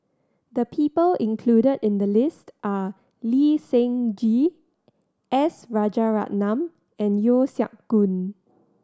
the people included in the list are Lee Seng Gee S Rajaratnam and Yeo Siak Goon